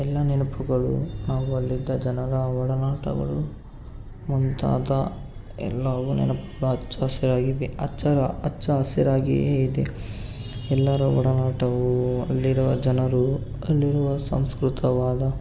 ಎಲ್ಲ ನೆನಪುಗಳು ನಾವು ಅಲ್ಲಿದ್ದ ಜನರ ಒಡನಾಟಗಳು ಮುಂತಾದ ಎಲ್ಲವೂ ನೆನಪುಗಳು ಹಚ್ಚ ಹಸಿರಾಗಿವೆ ಹಚ್ಚ ಹಚ್ಚ ಹಸಿರಾಗಿಯೇ ಇದೆ ಎಲ್ಲರ ಒಡನಾಟವು ಅಲ್ಲಿರುವ ಜನರು ಅಲ್ಲಿರುವ ಸಂಸ್ಕೃತವಾದ